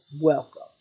welcome